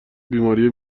بیماری